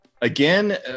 Again